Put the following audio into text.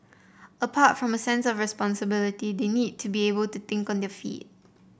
apart from a sense of responsibility they need to be able to think on their feet